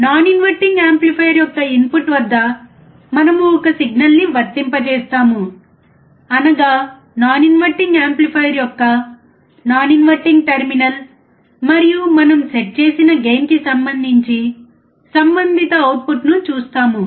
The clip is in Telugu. నాన్ ఇన్వర్టింగ్ యాంప్లిఫైయర్ యొక్క ఇన్పుట్ వద్ద మనము ఒక సిగ్నల్ను వర్తింపజేస్తాము అనగా నాన్ ఇన్వర్టింగ్ యాంప్లిఫైయర్ యొక్క నాన్ ఇన్వర్టింగ్ టెర్మినల్ మరియు మనము సెట్ చేసిన గెయిన్ కి సంబంధించి సంబంధిత అవుట్పుట్ను చూస్తాము